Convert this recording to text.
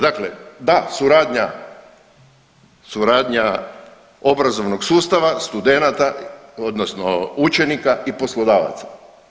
Dakle, da suradnja, suradnja obrazovnog sustava, studenata odnosno učenika i poslodavaca.